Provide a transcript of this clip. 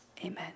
Amen